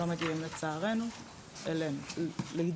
לא מגיעים לצערנו לידיעתנו.